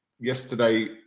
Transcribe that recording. yesterday